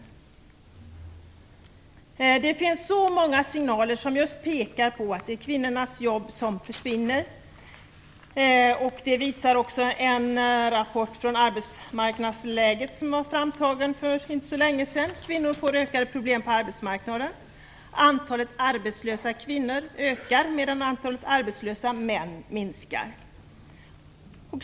Det finns så många signaler som just pekar på att det är kvinnornas jobb som försvinner. Det visar också en rapport om arbetsmarknadsläget, som togs fram för inte så länge sedan. Kvinnor kommer att få ökade problem på arbetsmarknaden. Antalet arbetslösa kvinnor ökar, medan antalet arbetslösa män minskar.